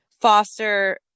foster